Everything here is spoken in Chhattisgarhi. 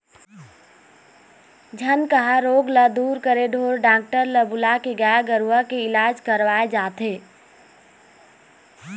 झनकहा रोग ल दूर करे ढोर डॉक्टर ल बुलाके गाय गरुवा के इलाज करवाय जाथे